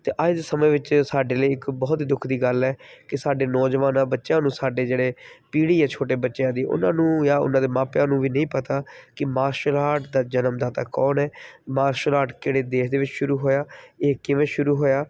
ਅਤੇ ਅੱਜ ਸਮੇਂ ਵਿੱਚ ਸਾਡੇ ਲਈ ਇੱਕ ਬਹੁਤ ਹੀ ਦੁੱਖ ਦੀ ਗੱਲ ਹੈ ਕਿ ਸਾਡੇ ਨੌਜਵਾਨਾਂ ਬੱਚਿਆਂ ਨੂੰ ਸਾਡੇ ਜਿਹੜੇ ਪੀੜ੍ਹੀ ਹੈ ਛੋਟੇ ਬੱਚਿਆਂ ਦੀ ਉਹਨਾਂ ਨੂੰ ਜਾਂ ਉਹਨਾਂ ਦੇ ਮਾਪਿਆਂ ਨੂੰ ਵੀ ਨਹੀਂ ਪਤਾ ਕਿ ਮਾਰਸ਼ਲ ਆਰਟ ਦਾ ਜਨਮਦਾਤਾ ਕੌਣ ਹੈ ਮਾਰਸ਼ਲ ਆਰਟ ਕਿਹੜੇ ਦੇਸ਼ ਦੇ ਵਿੱਚ ਸ਼ੁਰੂ ਹੋਇਆ ਇਹ ਕਿਵੇਂ ਸ਼ੁਰੂ ਹੋਇਆ